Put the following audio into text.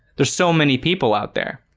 there's so many people out there,